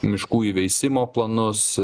miškų įveisimo planus